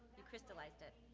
you crystallized it.